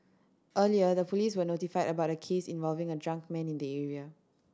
earlier the police were notified about a case involving a drunk man in the area